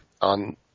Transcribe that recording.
on